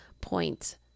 point